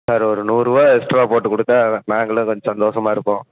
sir ஒரு நூறுபா extra போட்டு கொடுத்தா நாங்களும் கொஞ்சம் சந்தோஷமா இருப்போம்